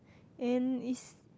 and is